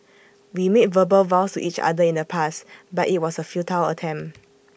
we made verbal vows to each other in the past but IT was A futile attempt